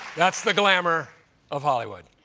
that's the glamor of hollywood.